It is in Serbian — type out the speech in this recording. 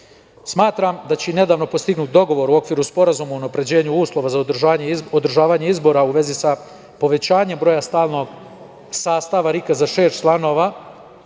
ne. Smatram da će i nedavno postignut dogovor u okviru Sporazuma o unapređenju uslova za održavanje izbora u vezi sa povećanjem broja stalnog sastava RIK-a za šest članova,